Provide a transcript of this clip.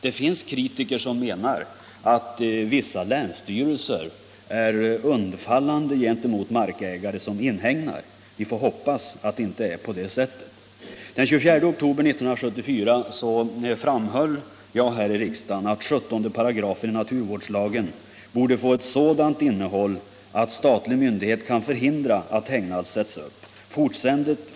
Det finns kritiker som menar att vissa länsstyrelser är undfallande gentemot markägare som inhägnar. Vi får hoppas att det inte är så. Den 24 oktober 1974 framhöll jag här i riksdagen att 17 § naturvårdslagen borde få ett sådant innehåll att statlig myndighet kan förhindra att hägnad sätts upp.